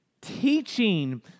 teaching